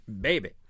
baby